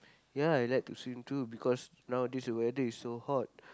ya I like to swim too because nowadays the weather is so hot